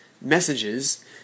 messages